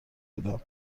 بودم